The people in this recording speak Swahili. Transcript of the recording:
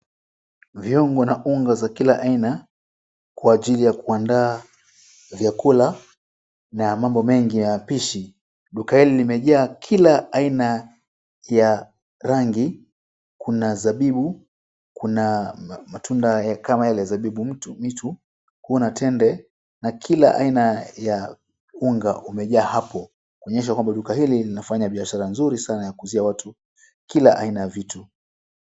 Viungo na unga za kila aina kwa ajili ya kuandaa vyakula na ya mambo mingi na ya upishi. Duka hili limejaa kila aina ya rangi, kuna zabibu, kuna matunda kama yale ya zabibu mwitu, kuna tende na kila aina ya unga umejaa hapo kuonyesha kwamba duka hili linafanya biashara nzuri sana ya kuuzia watu kila aina ya vitu.